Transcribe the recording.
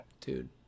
Dude